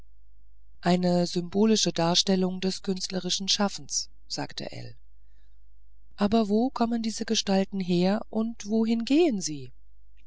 eine symbolische darstellung des künstlerischen schaffens sagte ell aber wo kommen diese gestalten her und wohin gehen sie